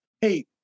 hey